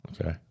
okay